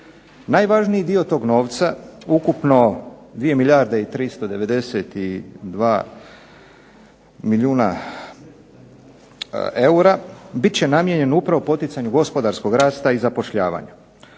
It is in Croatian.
Najvažniji dio tog novca ukupno 2 milijarde i 392 milijuna eura bit će namijenjeno upravo poticanju gospodarskog rasta i zapošljavanja.